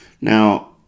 Now